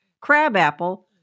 crabapple